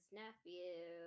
nephew